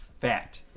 fat